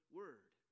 word